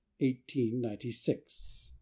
1896